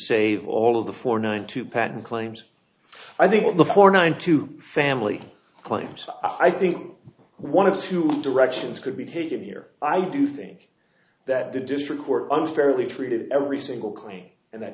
save all of the four nine two patent claims i think of the four nine two family claims i think one of the two directions could be taken here i do think that the district court unfairly treated every single claim and that